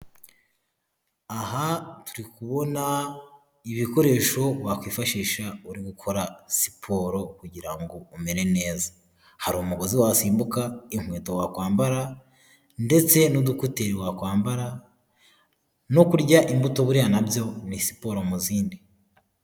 Aha turi kubona ibikoresho wakwifashisha uri gukora siporo kugira ngo umere neza, hari umugozi wasimbuka, inkweto wakwambara ndetse n'udukuteri wakwambara, no kurya imbuto buriya nabyo ni siporo mu zindi.